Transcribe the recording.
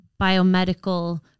biomedical